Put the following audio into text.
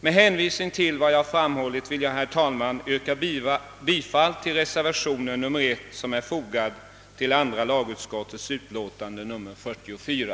Med hänvisning till vad jag nu framhållit vill jag, herr talman, yrka bifall till reservation I i andra lagutskottets utlåtande nr 44.